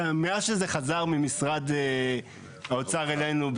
מאז שזה חזר ממשרד האוצר אלינו,